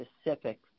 specific